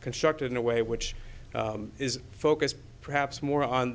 constructed in a way which is focused perhaps more on